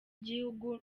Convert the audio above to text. igihugu